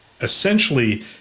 essentially